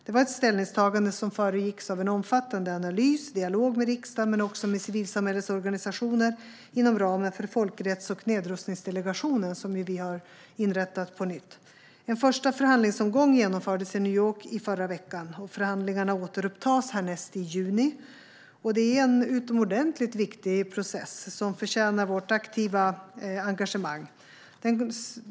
Det var ett ställningstagande som föregicks av en omfattande analys och dialog med riksdagen men också med civilsamhällesorganisationer inom ramen för Folkrätts och nedrustningsdelegationen, som vi ju har inrättat på nytt. En första förhandlingsomgång genomfördes i New York i förra veckan. Förhandlingarna återupptas härnäst i juni. Detta är en utomordentligt viktig process som förtjänar vårt aktiva engagemang.